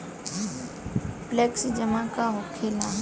Flexi जमा का होखेला?